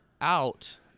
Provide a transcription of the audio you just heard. out